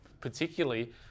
particularly